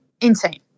insane